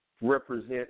Represent